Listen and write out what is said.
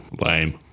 lame